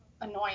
annoying